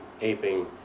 aping